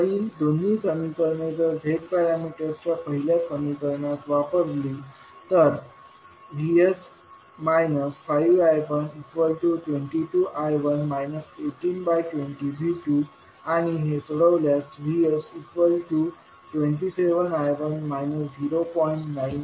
वरील दोन्ही समीकरणे जर Z पॅरामीटर च्या पहिल्या समीकरणात वापरले तर VS 5I122I1 1820V2आणि हे सोडवल्यास VS27I1 0